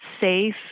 safe